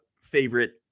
favorite